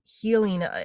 healing